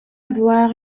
avoir